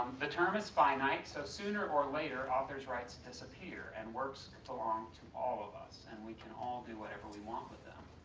the term is finite so sooner or later, author's rights disappear and works belongs to all of us and we can all do whatever we want with them.